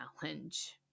challenge